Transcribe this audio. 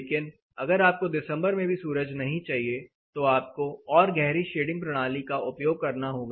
लेकिन अगर आपको दिसंबर में भी सूरज नहीं चाहिए तो आप को और गहरी शेडिंग प्रणाली का उपयोग करना होगा